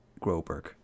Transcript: Groberg